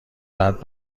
بعد